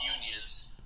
unions